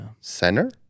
Center